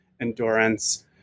endurance